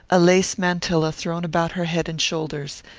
a lace mantilla thrown about her head and shoulders,